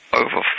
over